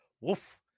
woof